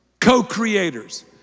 co-creators